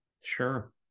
Sure